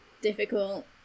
difficult